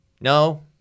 No